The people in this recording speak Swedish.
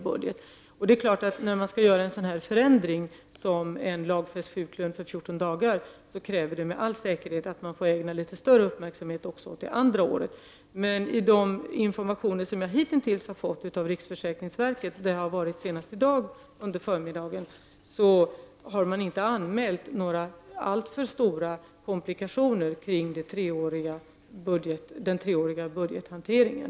När en sådan förändring som en lagfäst sjuklön för 14 dagar skall göras är det klart att det med all säkerhet krävs litet större uppmärksamhet även under det andra året. Men enligt den information som jag hittills har fått av riksförsäkringsverket, där jag har varit senast under förmiddagen i dag, har det inte anmälts några alltför stora komplikationer kring den treåriga budgethanteringen.